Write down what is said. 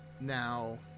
Now